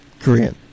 korean